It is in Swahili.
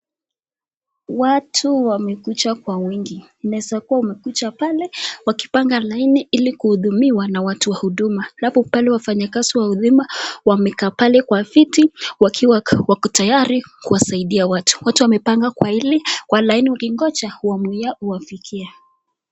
Watu wamekuja kwa wingi wanaweza kuwa wamekuja pale wakipanga laini ili kuhudumiwa na watu wa huduma. Hapo kando wafanyakazi wa huduma wamekaa pale kwa viti wakiwa wako tayari kusaidia watu watu wamepanga kwa hili laini wakongoja wamu yao iwafikie.